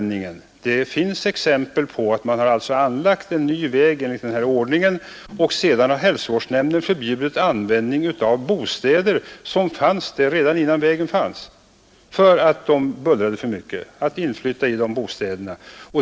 Det finns exempel på att det har anlagts en ny väg enligt den här ordningen, och sedan har hälsovårdsnämnden med hänsyn till bullerstörningarna förbjudit användningen av bostäder som fanns redan innan vägen anlades.